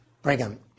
Brigham